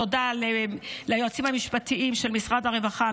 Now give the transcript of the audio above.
תודה ליועצים המשפטיים של משרד הרווחה,